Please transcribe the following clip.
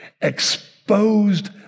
exposed